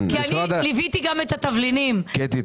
אני ליוויתי גם את חקלאי התבלינים ואני